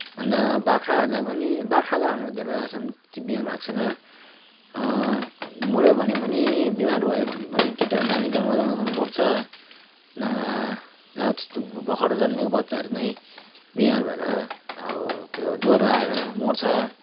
अन्त बाख्राहरूलाई पनि बाख्रा त हाम्रोतिर अहिलेसम्म बिमार भएको छैन मऱ्यो भने पनि बिमार भयो भने पनि कि त नानी जन्माउँदा जन्माउँदै मर्छ नभए र त्यस्तो भर्खर जन्मेको बच्चाहरू नै बिमार भएर अब त्यो ज्वरो आएर मर्छ